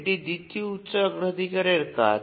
এটি দ্বিতীয় উচ্চ অগ্রাধিকারের কাজ